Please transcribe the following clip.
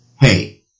hey